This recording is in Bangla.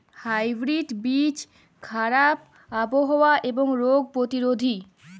হাইব্রিড বীজ খারাপ আবহাওয়া এবং রোগে প্রতিরোধী